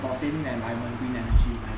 for saving the environment green energy life